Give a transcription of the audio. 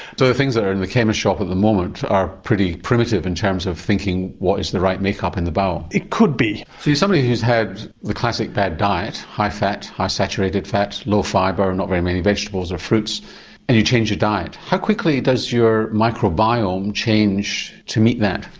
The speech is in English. so the things that are in the chemist shop at the moment are pretty primitive in terms of thinking what is the right makeup in the bowel? it could be. so somebody who has had the classic bad diet, high fat, high saturated fat, low fibre and not very many vegetables or fruits and you change your diet, how quickly does your microbiome change to meet that?